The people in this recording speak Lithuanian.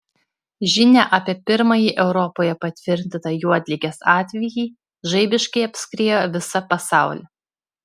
žinia apie pirmąjį europoje patvirtintą juodligės atvejį žaibiškai apskriejo visą pasaulį